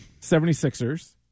76ers